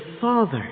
Father